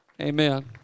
Amen